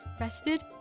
Rested